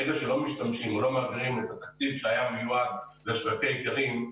ברגע שלא משתמשים או לא מעבירים את התקציב שהיה מיועד לשווקי איכרים,